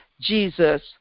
Jesus